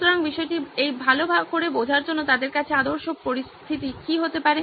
সুতরাং বিষয়টি এই ভালো করে বোঝার জন্য তাদের কাছে আদর্শ পরিস্থিতি কী হতে পারে